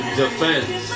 defense